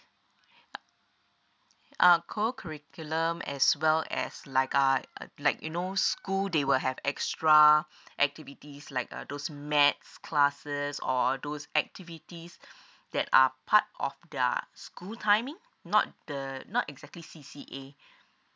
uh co curriculum as well as like uh like you know school they will have extra activities like uh those maths classes or those activities that are part of their school timing not the not exactly C_C_A